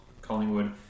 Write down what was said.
Collingwood